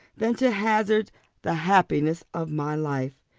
than to hazard the happiness of my life.